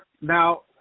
Now